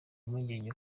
impungenge